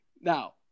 Now